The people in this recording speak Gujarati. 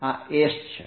આ s છે